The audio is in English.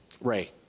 Ray